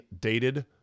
dated